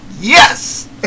yes